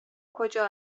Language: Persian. کجا